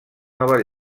nova